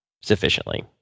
sufficiently